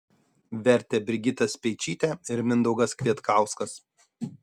vertė brigita speičytė ir mindaugas kvietkauskas